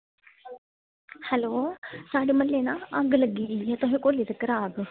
hello साढ़े म्हल्लै अग्ग लग्गी दी तुस कोलै तगर आवा दे